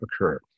occur